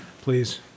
please